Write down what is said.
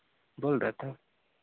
बोल रहा था